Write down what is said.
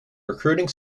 recruiting